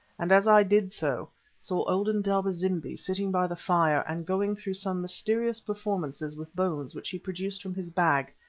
and as i did so saw old indaba-zimbi sitting by the fire and going through some mysterious performances with bones which he produced from his bag,